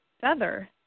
Feather